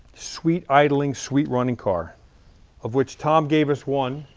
sweet idling, sweet running car of which tom gave us one,